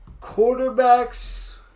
Quarterbacks